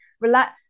relax